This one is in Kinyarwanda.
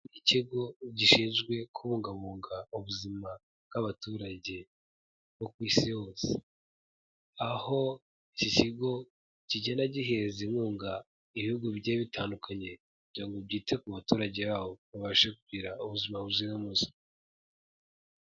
Ikigo gishinzwe kubungabunga ubuzima bw'abaturage bo ku isi hose aho iki kigo kigenda gihereza inkunga ibihugu bigiye bitandukanye kugira ngo byite ku baturage baho bababashe kugira ubuzima buzira umuze.